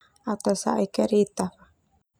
Au ta sae kereta.